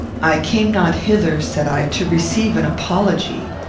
i came not hither, said i, to receive an apology.